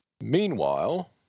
Meanwhile